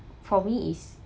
for me is